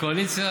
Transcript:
הקואליציה,